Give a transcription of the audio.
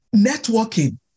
networking